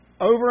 over